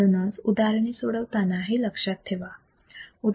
म्हणूनच उदाहरणे सोडवताना हे लक्षात ठेवा